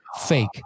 fake